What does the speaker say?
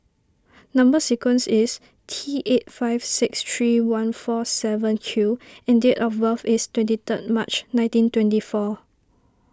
Number Sequence is T eight five six three one four seven Q and date of birth is twenty third March nineteen twenty four